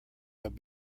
have